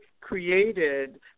created